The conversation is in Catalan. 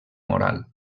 moral